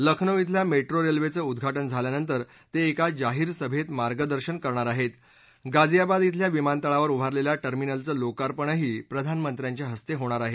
लखनौ ील्या मेट्रोरेल्वेचं उद्घाटन झाल्यानंतर ते एका जाहीर सभेत मार्गदर्शन करणार आहेत गाझियाबाद ीील्या विमानतळावर उभारलेल्या टर्मिनलचं लोकार्पणही प्रधानमंत्र्यांच्या हस्ते होणार आहे